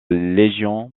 légion